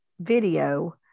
video